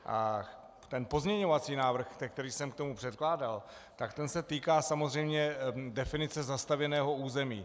A ten pozměňovací návrh, který jsem k tomu předkládal, ten se týká samozřejmě definice zastavěného území.